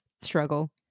struggle